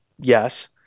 yes